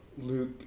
Luke